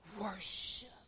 worship